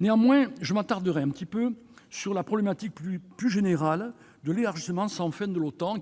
Néanmoins, je m'attarderai sur la problématique plus générale de l'élargissement sans fin de l'OTAN.